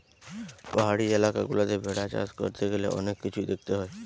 পাহাড়ি এলাকা গুলাতে ভেড়া চাষ করতে গ্যালে অনেক কিছুই দেখতে হয়